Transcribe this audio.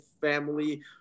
family